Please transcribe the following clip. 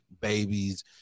babies